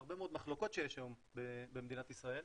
הרבה מאוד מחלוקות שיש היום במדינת ישראל,